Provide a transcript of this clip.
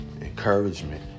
Encouragement